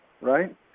right